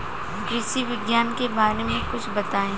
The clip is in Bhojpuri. कृषि विज्ञान के बारे में कुछ बताई